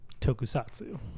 Tokusatsu